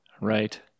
Right